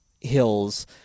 hills